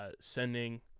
sending